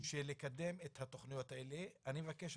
שכדי לקדם את התכניות האלה אני מבקש,